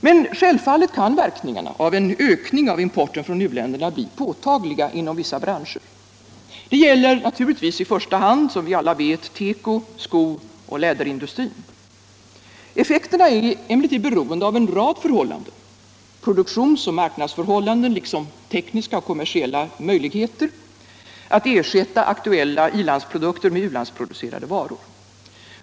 Men självfallet kan verkningarna av en ökning av importen från u-länderna bli påtagliga inom vissa branscher. Det gäller naturligtvis i första hand teko-, sko och läderindustrin. Effekterna är emellertid beroende av en rad förhållanden —- produktions och marknadsförhållanden, liksom tekniska och kommersiella möjligheter att ersätta aktuella i-landsprodukter med u-landsproducerade varor.